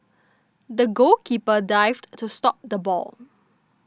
the goalkeeper dived to stop the ball